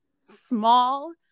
small